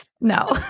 No